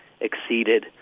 exceeded